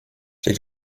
liegt